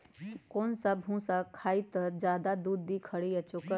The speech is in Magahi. गाय कौन सा भूसा खाई त ज्यादा दूध दी खरी या चोकर?